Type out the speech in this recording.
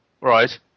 right